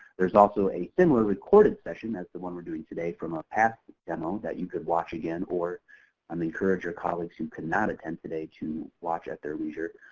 there's also a similar recorded session, that's the one we're doing today, from a past demo that you could watch again, or i'd um encourage your colleagues who cannot attend today to watch at their leisure.